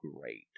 great